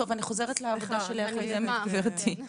טוב, אני חוזרת לעבודה הקודמת שלי, גברתי.